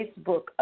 Facebook